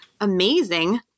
amazing